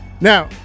Now